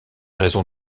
raisons